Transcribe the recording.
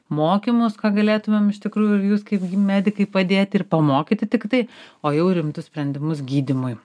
mokymus ką galėtumėm iš tikrųjų ir jūs kaip medikai padėti ir pamokyti tiktai o jau rimtus sprendimus gydymui